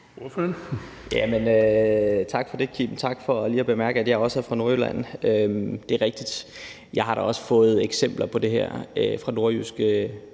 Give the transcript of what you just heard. Tak for det. Tak for lige at bemærke, at jeg også er fra Nordjylland. Det er rigtigt. Jeg har da også fået eksempler på det her fra nordjyske